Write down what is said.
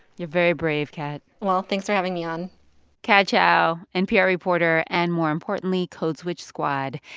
you're very brave, kat well, thanks for having me on kat chow, npr reporter and, more importantly, code switch squad.